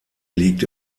liegt